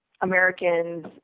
Americans